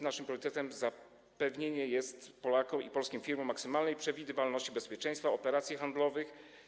Naszym priorytetem jest zapewnienie Polakom i polskim firmom maksymalnej przewidywalności i bezpieczeństwa operacji handlowych.